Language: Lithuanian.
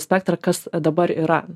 spektrą kas dabar yra